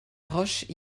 roche